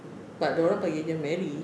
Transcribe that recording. ya but dia orang panggil dia mary